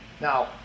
Now